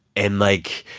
and, like,